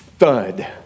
Thud